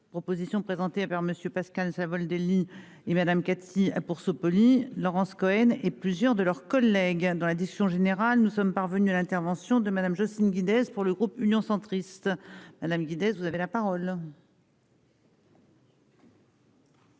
Proposition présentée par Monsieur Pascal Savoldelli et Madame. Si pour se. Laurence Cohen et plusieurs de leurs collègues hein dans la discussion générale. Nous sommes parvenus à l'intervention de madame Jocelyne Guinness pour le groupe Union centriste. Guider, vous avez la parole.